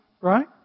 right